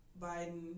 Biden